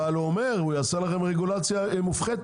אבל הוא אומר שהוא יעשה לכם רגולציה מופחתת,